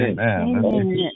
Amen